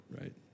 right